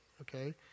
Okay